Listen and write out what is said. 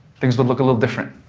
things would look a little different.